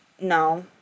no